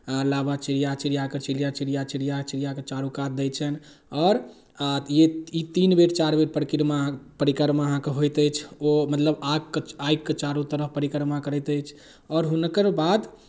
लावा छिड़िया छिड़िया कऽ छिड़िया छिड़िया छिड़िया छिड़िया कऽ चारू कात दै छनि आओर ई तीन बेर चारि बेर परिक्रमा परिक्रमा अहाँके होइत अछि ओ मतलब आगके आगिके चारू तरफ परिक्रमा करैत अछि आओर हुनकर बाद